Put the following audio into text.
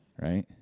Right